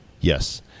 Yes